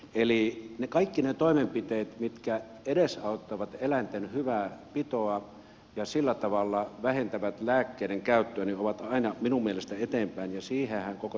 eli kaikki ne toimenpiteet mitkä edesauttavat eläinten hyvää pitoa ja sillä tavalla vähentävät lääkkeiden käyttöä ovat aina minun mielestäni eteenpäin ja siihenhän koko terveydenhuolto ohjelma pyrkii